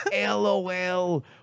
LOL